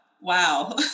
Wow